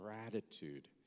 gratitude